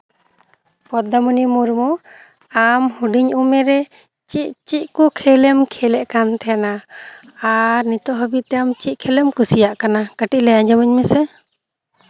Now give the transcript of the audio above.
ᱯᱚᱫᱽᱫᱟᱢᱚᱱᱤ ᱢᱩᱨᱢᱩ ᱟᱢ ᱦᱩᱰᱤᱧ ᱩᱢᱮᱨ ᱨᱮ ᱪᱮᱜ ᱪᱮᱜ ᱠᱚ ᱠᱷᱮᱞ ᱮᱢ ᱠᱷᱮᱞᱮᱜ ᱠᱟᱱ ᱛᱟᱦᱮᱱᱟ ᱟᱨ ᱱᱤᱛᱚᱜ ᱦᱟᱹᱵᱤᱡ ᱛᱮ ᱪᱮᱫ ᱠᱷᱮᱞ ᱮᱢ ᱠᱩᱥᱤᱭᱟᱜ ᱠᱟᱱᱟ ᱠᱟᱹᱴᱤᱡ ᱞᱟᱹᱭ ᱟᱸᱡᱚᱢ ᱟᱹᱧ ᱢᱮᱥᱮ